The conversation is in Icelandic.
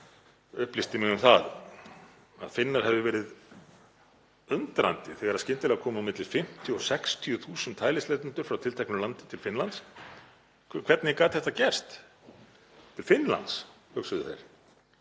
upplýsti mig um það að Finnar hefðu verið undrandi þegar skyndilega komu milli 50.000–60.000 hælisleitendur frá tilteknu landi til Finnlands. Hvernig gat þetta gerst? Til Finnlands, hugsuðu þeir.